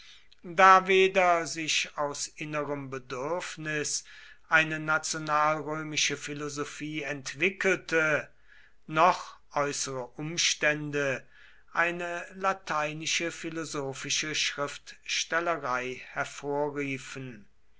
da weder sich aus innerem bedürfnis eine nationalrömische philosophie entwickelte noch äußere umstände eine lateinische philosophische schriftstellerei hervorriefen